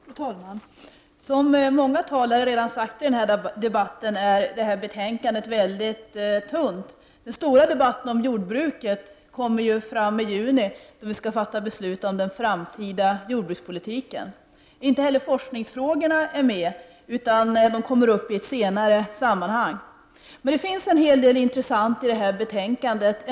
Fru talman! Som många talare redan har sagt i den här debatten är detta betänkande mycket tunt. Den stora debatten om jordbruket kommer ju att hållas i juni, då vi skall fatta beslut om den framtida jordbrukspolitiken. Inte heller forskningsfrågorna är med i detta betänkande, utan de kommer upp i ett senare sammanhang. Det finns ändå en hel del intressant i det här betänkandet.